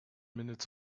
minutes